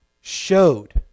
showed